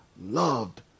loved